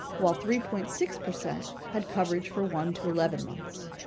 while three point six percent had coverage for one to eleven months.